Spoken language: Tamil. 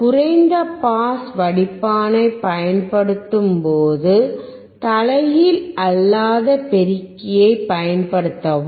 குறைந்த பாஸ் வடிப்பானை பயன்படுத்தும் போது தலைகீழ் அல்லாத பெருக்கியைப் பயன்படுத்தவும்